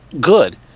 good